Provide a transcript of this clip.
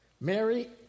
Mary